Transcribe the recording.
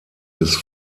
des